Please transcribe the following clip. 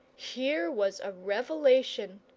here was a revelation!